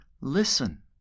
listen